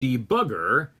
debugger